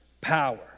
power